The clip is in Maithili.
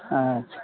अच्छा